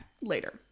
later